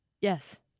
Yes